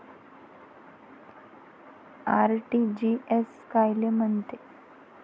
RTGS कायले म्हनते?